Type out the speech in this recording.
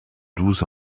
douze